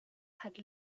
had